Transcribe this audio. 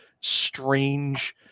strange